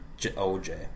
OJ